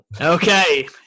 Okay